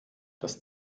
das